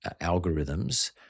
algorithms